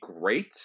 great